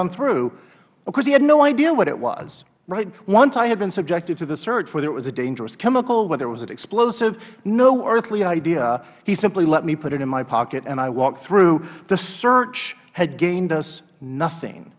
on through of course he had no idea what it was once i had been subjected to the search whether it was a dangerous chemical whether it was an explosive no earthly idea he simply let me put it in my pocket and i walked through the search had gained us nothing